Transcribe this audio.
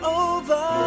over